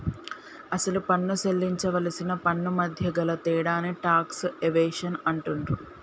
అసలు పన్ను సేల్లించవలసిన పన్నుమధ్య గల తేడాని టాక్స్ ఎవేషన్ అంటుండ్రు